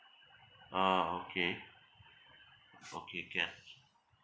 ah okay okay can